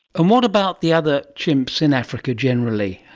um what about the other chimps in africa generally?